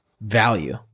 value